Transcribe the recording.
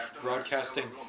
broadcasting